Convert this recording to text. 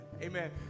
Amen